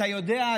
אתה יודע,